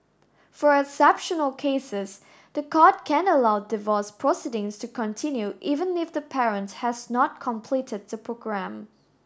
for exceptional cases the court can allow divorce proceedings to continue even if the parent has not completed the programme